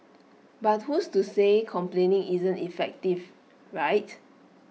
but who's to say complaining isn't effective right